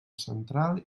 central